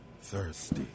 thirsty